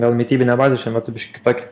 gal mitybinė bazė šiuo metu biškį kitokia